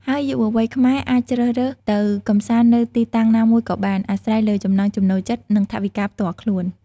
ហើយយុវវ័យខ្មែរអាចជ្រើសរើសទៅកម្សាន្តនៅទីតាំងណាមួយក៏បាន អាស្រ័យលើចំណង់ចំណូលចិត្ត និងថវិកាផ្ទាល់ខ្លួន។